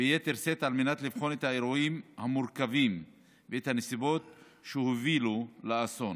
ביתר שאת על מנת לבחון את האירועים המורכבים ואת הנסיבות שהובילו לאסון.